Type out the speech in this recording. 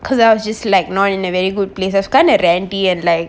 cause I was just like not in a very good place it's kind of rambling and like